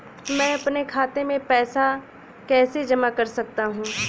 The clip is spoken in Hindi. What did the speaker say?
मैं अपने खाते में पैसे कैसे जमा कर सकता हूँ?